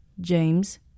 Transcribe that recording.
James